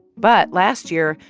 but last year,